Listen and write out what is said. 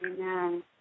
Amen